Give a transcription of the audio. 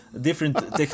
different